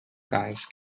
guys